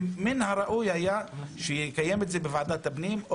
שמן הראוי היה לקיים את זה בוועדת הפנים או